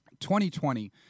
2020